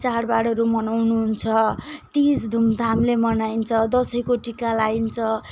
चाडबाडहरू मनाउनुहुन्छ तिज धुमधामले मनाइन्छ दसैँको टिका लगाइन्छ